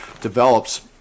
develops